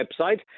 website